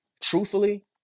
truthfully